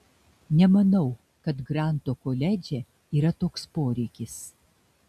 nemanau kad granto koledže yra toks poreikis